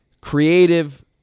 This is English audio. creative –